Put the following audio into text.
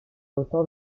autant